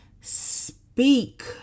Speak